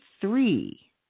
three